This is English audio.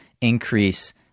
increase –